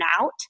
out